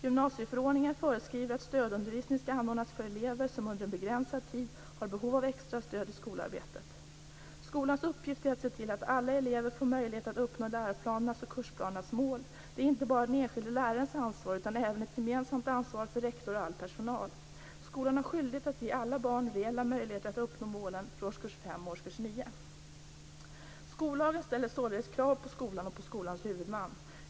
Gymnasieförordningen föreskriver att stödundervisning skall anordnas för elever som under en begränsad tid har behov av extra stöd i skolarbetet. Skolans uppgift är att se till att alla elever får möjligheter att uppnå läroplanernas och kursplanernas mål. Detta är inte bara den enskilde lärarens ansvar utan även ett gemensamt ansvar för rektor och all personal. Skolan har skyldighet att ge alla barn reella möjligheter att uppnå målen för årskurs 5 och årskurs 9. Skollagen ställer således krav på skolan och skolans huvudman.